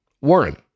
Warren